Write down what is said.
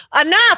enough